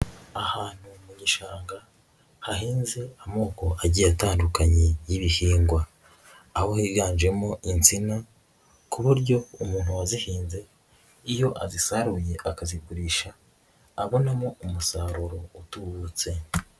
Ahantu mu gishanga hahinze amoko agiye atandukanye y'ibihingwa, aho higanjemo insina ku buryo umuntu wazihinze iyo azisaruye akazigurisha abonamo umusaruro utubutse.